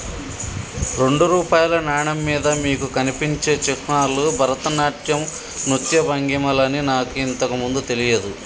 రెండు రూపాయల నాణెం మీద మీకు కనిపించే చిహ్నాలు భరతనాట్యం నృత్య భంగిమలని నాకు ఇంతకు ముందు తెలియదు